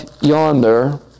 yonder